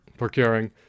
Procuring